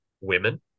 women